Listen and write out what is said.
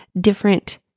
different